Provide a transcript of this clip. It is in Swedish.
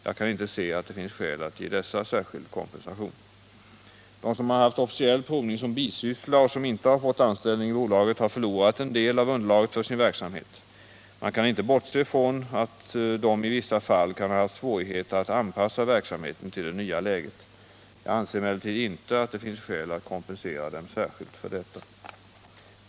Jag kan inte se att det finns skäl att ge dessa särskild kompensation. De som har haft officiell provning som bisyssla och som inte har fått anställning i bolaget har förlorat en del av underlaget för sin verksamhet. Man kan inte bortse från att de i vissa fall kan ha haft svårigheter att anpassa verksamheten till det nya läget. Jag anser emellertid inte att det finns skäl att kompensera dem särskilt för detta.